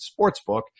sportsbook